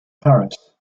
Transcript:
paris